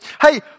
Hey